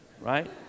right